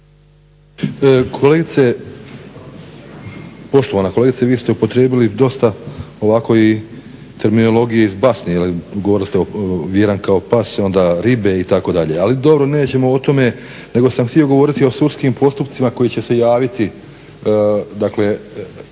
(HDSSB)** Poštovana kolegice, vi ste upotrijebili dosta ovako i terminologije iz basni jer govorili ste "vjeran kao pas", onda "ribe", itd. Ali dobro, nećemo o tome, nego sam htio govoriti o sudskim postupcima koji će se javiti, dakle